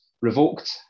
revoked